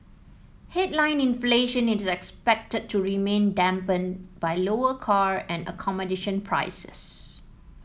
headline inflation is expected to remain dampened by lower car and accommodation prices